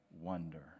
wonder